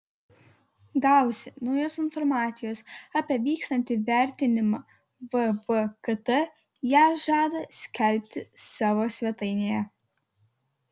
gavusi naujos informacijos apie vykstantį vertinimą vvkt ją žada skelbti savo svetainėje